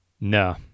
No